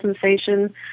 sensation